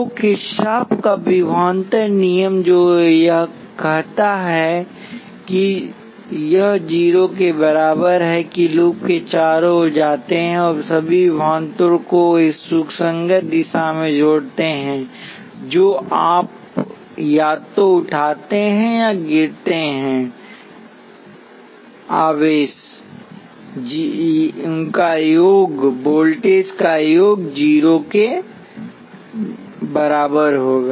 तो किरचॉफ का विभवान्तर नियम जो कहता है वह यह है कि यह 0 के बराबर है कि आप लूप के चारों ओर जाते हैं और सभीविभवांतर को एक सुसंगत दिशा में जोड़ते हैं जो आप या तो उठाते हैं या गिरते हैं योग 0 के बराबर होगा